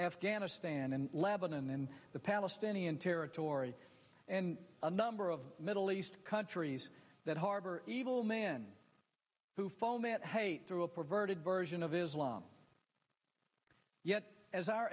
afghanistan and lebanon and the palestinian territories and a number of middle east countries that harbor evil man who foment hate through a perverted version of islam yet as our